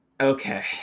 okay